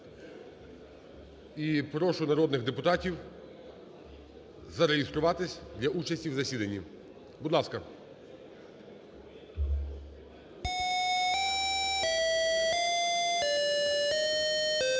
І прошу народних депутатів зареєструватись для участі в засіданні, будь ласка. 10:04:17